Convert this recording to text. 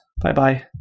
Bye-bye